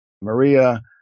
Maria